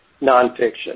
nonfiction